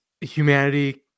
humanity